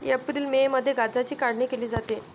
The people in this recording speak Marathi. एप्रिल मे मध्ये गांजाची काढणी केली जाते